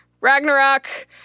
Ragnarok